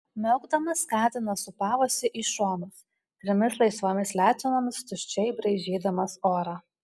miaukdamas katinas sūpavosi į šonus trimis laisvomis letenomis tuščiai braižydamas orą